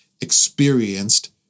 experienced